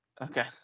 Okay